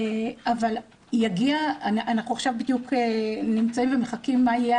אנחנו עכשיו נמצאים ומחכים מה יהיו